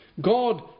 God